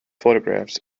photographs